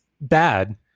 bad